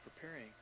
preparing